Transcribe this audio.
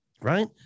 right